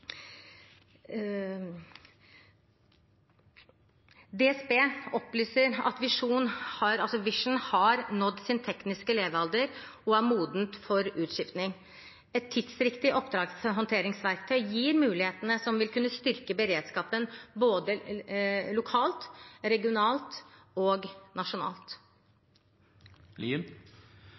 DSB opplyser at Vision har nådd sin tekniske levealder og er modent for utskiftning. Et tidsriktig oppdragshåndteringsverktøy gir mulighetene som vil kunne styrke beredskapen både lokalt, regionalt og nasjonalt.